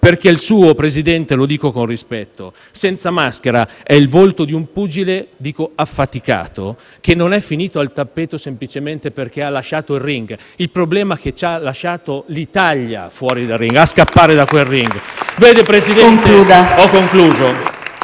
perché il suo, presidente Conte, lo dico con rispetto, senza maschera è il volto di un pugile affaticato che non è finito al tappeto semplicemente perché ha lasciato il *ring*; il problema è che ha lasciato l'Italia fuori dal *ring*, a scappare da quel *ring*. *(Applausi dal